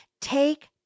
Take